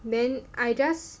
then I just